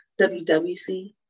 WWC